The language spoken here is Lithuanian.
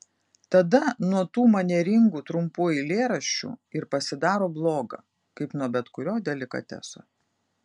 tada nuo tų manieringų trumpų eilėraščių ir pasidaro bloga kaip nuo bet kurio delikateso